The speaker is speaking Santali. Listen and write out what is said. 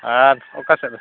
ᱦᱮᱸ ᱚᱠᱟᱥᱮᱫ ᱨᱮ